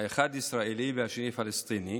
האחד ישראלי והשני פלסטיני,